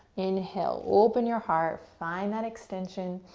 inhale, open your heart. find that extension